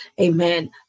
Amen